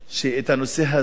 שהנושא הזה,